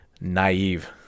naive